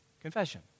Confession